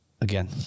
again